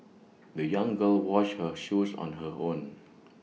the young girl washed her shoes on her own